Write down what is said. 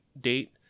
date